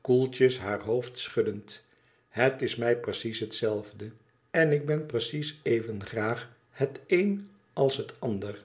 koeltjes haar hoofd schuddend het is mij precies hetzelfde en ik ben precies even graag het een als het ander